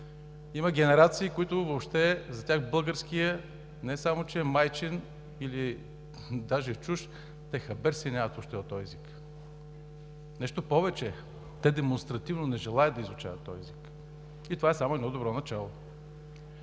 Има генерации, за които българският не само че не е майчин, или даже чужд, те хабер си нямат въобще от този език. Нещо повече – те демонстративно не желаят да изучават този език. И това е само едно добро начало.